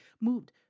moved